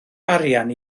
arian